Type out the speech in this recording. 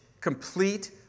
complete